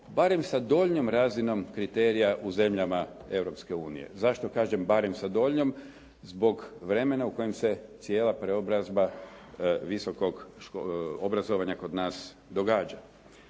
barem sa donjom razinom kriterija u zemljama Europske unije. Zašto kažem barem sa donjom? Zbog vremena u kojem se cijela preobrazba visokog obrazovanja kod nas događa.